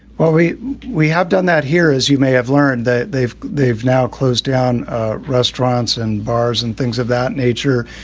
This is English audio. well, we we have done that here, as you may have learned, that they've they've now closed down restaurants and bars and things of that nature.